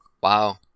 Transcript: Wow